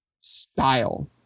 style